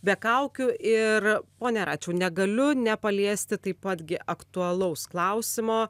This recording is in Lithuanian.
be kaukių ir pone račiau negaliu nepaliesti taip pat gi aktualaus klausimo